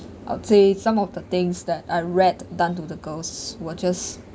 I'll say some of the things that I read done to the girls were just